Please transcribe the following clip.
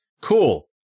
cool